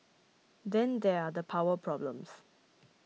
then there are the power problems